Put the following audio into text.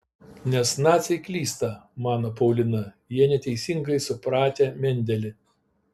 nes naciai klysta mano paulina jie neteisingai supratę mendelį